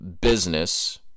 business